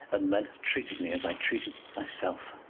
and men have treated me as i treated myself.